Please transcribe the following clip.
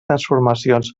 transformacions